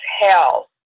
hell